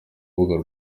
rubuga